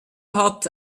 hat